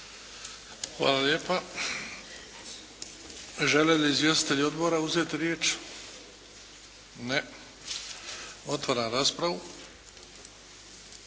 Hvala lijepa. Žele li izvjestitelji odbora uzeti riječ? Ne. Otvaram raspravu.